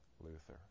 Luther